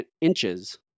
Inches